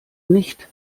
nicht